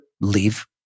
leave